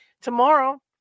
Tomorrow